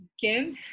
give